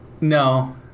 No